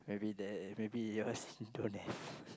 maybe there maybe yours don't have